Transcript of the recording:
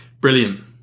brilliant